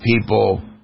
people